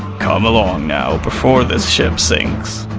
come along now, before this ship sinks.